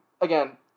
again